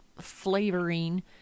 flavoring